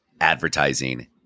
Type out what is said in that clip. advertising